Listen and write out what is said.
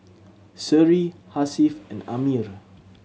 Seri Hasif and Ammir